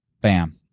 bam